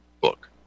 book